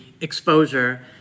exposure